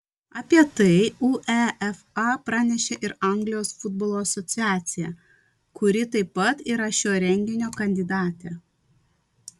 apie tai uefa pranešė ir anglijos futbolo asociacija kuri taip pat yra šio renginio kandidatė